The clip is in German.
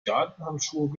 gartenhandschuhen